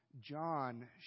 John